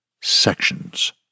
sections